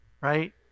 right